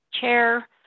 chair